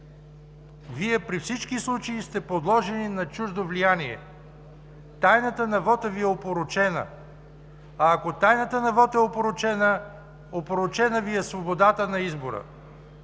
Вие при всички случаи сте подложени на чуждо влияние. Тайната на вота Ви е опорочена. А ако тайната на вота е опорочена, опорочена Ви е свободата на избора.